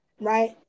right